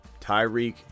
Tyreek